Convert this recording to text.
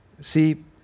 See